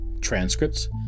Transcripts